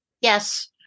Yes